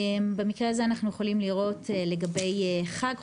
במקרה הזה אנחנו יכולים לראות לגבי חג,